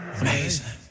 amazing